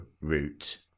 route